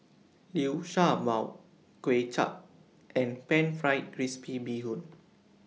Liu Sha Bao Kuay Chap and Pan Fried Crispy Bee Hoon